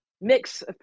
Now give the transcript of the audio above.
mix